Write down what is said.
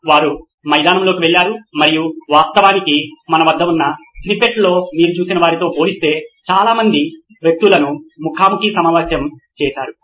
వారు మైదానంలోకి వెళ్లారు మరియు వాస్తవానికి మన వద్ద ఉన్న స్నిప్పెట్ లో మీరు చూసిన వారితో పోలిస్తే చాలా మంది వ్యక్తులను ముఖా ముఖి సమావేశం చేశారు